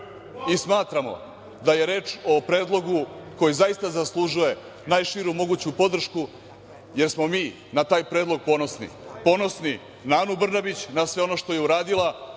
Brnabić. Smatramo da je reč o predlogu koji zaista zaslužuje najširu moguću podršku jer smo mi na taj predlog ponosni, ponosni na Anu Brnabić i na sve ono što je uradila,